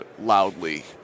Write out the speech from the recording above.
loudly